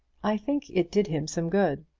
i think it did him some good.